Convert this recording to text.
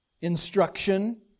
instruction